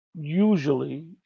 usually